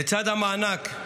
לצד המענק,